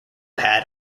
had